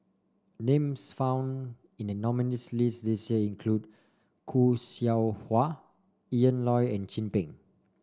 names found in the nominees' list this year include Khoo Seow Hwa Ian Loy and Chin Peng